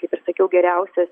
kaip ir sakiau geriausias